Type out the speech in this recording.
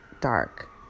dark